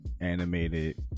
animated